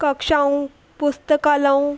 कक्षाऊं पुस्तकालाऊं